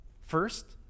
first